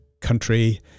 country